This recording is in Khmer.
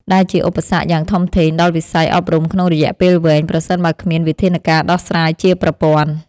ដែលជាឧបសគ្គយ៉ាងធំធេងដល់វិស័យអប់រំក្នុងរយៈពេលវែង ប្រសិនបើគ្មានវិធានការដោះស្រាយជាប្រព័ន្ធ។